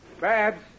Babs